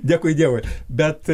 dėkui dievui bet